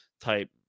type